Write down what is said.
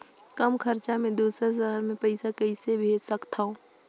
कम खरचा मे दुसर शहर मे पईसा कइसे भेज सकथव?